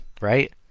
right